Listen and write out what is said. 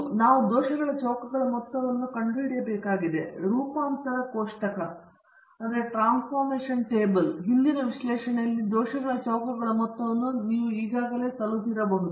ಆದ್ದರಿಂದ ನಾವು ದೋಷಗಳ ಚೌಕಗಳ ಮೊತ್ತವನ್ನು ಕಂಡುಹಿಡಿಯಬೇಕಾಗಿದೆ ರೂಪಾಂತರ ಕೋಷ್ಟಕಗಳ ಹಿಂದಿನ ವಿಶ್ಲೇಷಣೆಯಲ್ಲಿ ದೋಷಗಳ ಚೌಕಗಳ ಮೊತ್ತವನ್ನು ನೀವು ಈಗಾಗಲೇ ತಲುಪಿರಬಹುದು